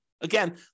Again